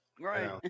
Right